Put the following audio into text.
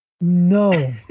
No